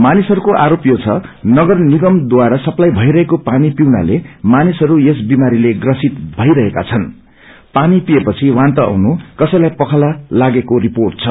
मानिसहरूको आरोप यो छ नगर निगमद्वारा सप्लाई भईरहेको पानी पिउनाले मानिसहरू यस विमारीले प्रसित भइरहेका छनृं पानी पिएपछि वान्ता आउनु कसैलाई पखला लागेको रिपोेट छ